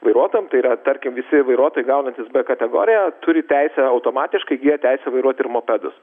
vairuotojams tai yra tarkim visi vairuotojai gaunantys b kategoriją turi teisę automatiškai įgyja teisę vairuoti ir mopedus